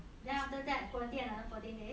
then after that quarantine another fourteen days